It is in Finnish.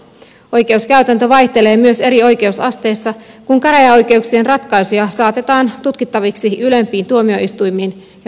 oikeuskäytäntö vaihtelee myös eri oikeusasteissa kun käräjäoikeuksien ratkaisuja saatetaan tutkittaviksi ylempiin tuomioistuimiin ja tuomio muuttuu